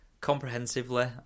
comprehensively